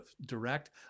direct